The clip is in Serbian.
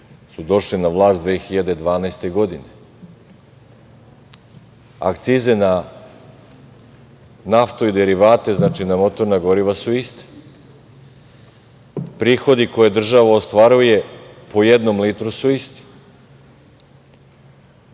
su došli na vlast 2012. godine. Akcize na naftu i derivate, znači na motorna goriva, su iste. Prihodi koje država ostvaruje po jednom litru su isti.U